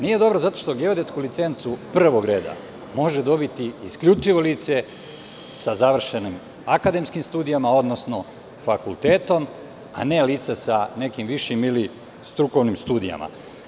Nije dobro zato što geodetsku licencu prvog reda može dobiti isključivo lice sa završenim akademskim studijama, odnosno fakultetom, a ne lica sa nekim višim ili strukovnim studijama.